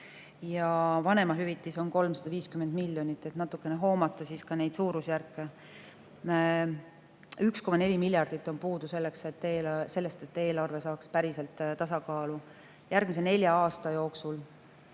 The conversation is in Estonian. ja vanemahüvitis on 350 miljonit, et natukene hoomata neid suurusjärke. 1,4 miljardit on puudu sellest, et eelarve saaks päriselt tasakaalu. Järgmise nelja aasta jooksul